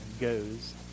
goes